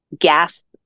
gasp